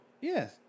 Yes